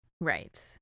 Right